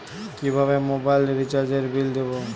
কিভাবে মোবাইল রিচার্যএর বিল দেবো?